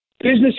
business